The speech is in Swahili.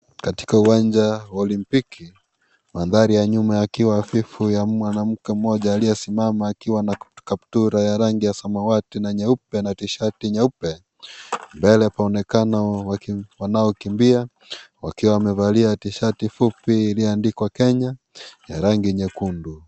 Katika uwanja wa olimpiki mandhari ya nyuma yakiwa hafifu ya mwanamke mmoja aliyesimama akiwa na kaptula ya rangi ya samawati na nyeupe yana tishati nyeupe. Mbele panaonekana wanaokimbia wakiwa wamevalia tishati fupi iliyoandikwa Kenya ya rangi nyekundu.